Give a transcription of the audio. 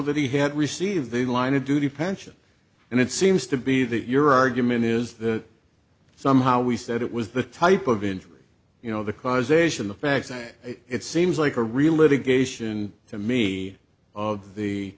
that he had received the line of duty pension and it seems to be that your argument is that somehow we said it was the type of injury you know the causation the fact that it seems like a real litigation to me of the